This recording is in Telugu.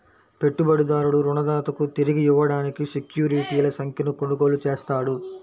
పెట్టుబడిదారుడు రుణదాతకు తిరిగి ఇవ్వడానికి సెక్యూరిటీల సంఖ్యను కొనుగోలు చేస్తాడు